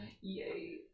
Yay